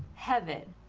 heaven,